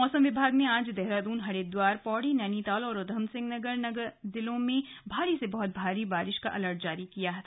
मौसम विभाग ने आज देहरादून हरिद्वार पौड़ी नैनीताल और उधमसिंह नगर जिलों में भारी से बहत भारी बारिश का अलर्ट जारी किया है